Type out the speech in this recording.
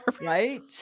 right